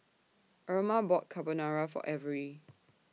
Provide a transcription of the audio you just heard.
Erma bought Carbonara For Avery